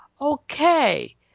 Okay